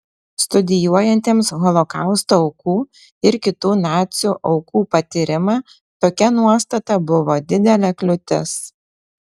studijuojantiems holokausto aukų ir kitų nacių aukų patyrimą tokia nuostata buvo didelė kliūtis